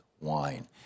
Wine